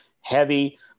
heavy